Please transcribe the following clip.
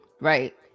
Right